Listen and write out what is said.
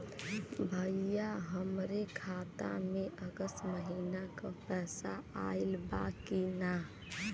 भईया हमरे खाता में अगस्त महीना क पैसा आईल बा की ना?